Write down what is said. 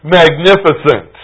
magnificent